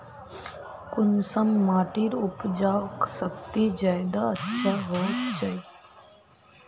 कुंसम माटिर उपजाऊ शक्ति ज्यादा अच्छा होचए?